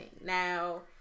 Now